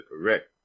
correct